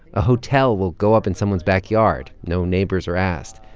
a hotel will go up in someone's backyard. no neighbors are asked.